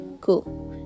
cool